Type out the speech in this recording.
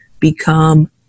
become